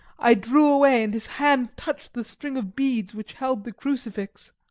i drew away, and his hand touched the string of beads which held the crucifix.